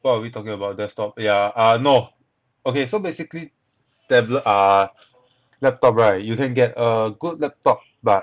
what are we talking about desktop yeah ah no okay so basically tablet ah laptop right you can get a good laptop but